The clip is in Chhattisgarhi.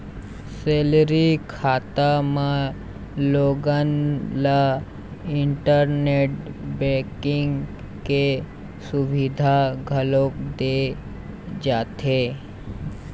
सेलरी खाता म लोगन ल इंटरनेट बेंकिंग के सुबिधा घलोक दे जाथे